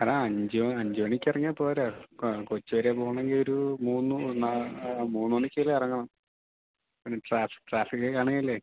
എടാ അഞ്ച് അഞ്ച് മണിക്കിറങ്ങിയാൽപ്പോരേ കൊച്ചിവരെ പോകണമെങ്കിൽ ഒരു മൂന്ന് മൂന്നു മണിക്കെങ്കിലും ഇറങ്ങണം പിന്നെ ട്രാഫിക്ക് ട്രാഫിക്കൊക്കെ ആണെങ്കിലേ